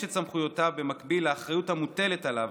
את סמכויותיו במקביל לאחריות המוטלת עליו